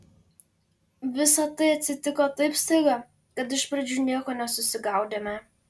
visa tai atsitiko taip staiga kad iš pradžių nieko nesusigaudėme